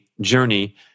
journey